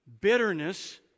bitterness